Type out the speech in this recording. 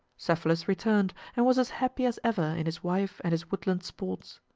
cephalus returned, and was as happy as ever in his wife and his woodland sports.